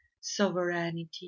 sovereignty